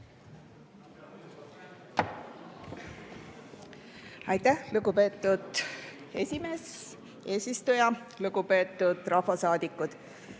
Aitäh, lugupeetud eesistuja! Lugupeetud rahvasaadikud!